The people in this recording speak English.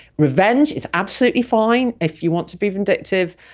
revenge is absolutely fine if you want to be vindictive